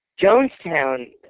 Jonestown